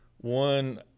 One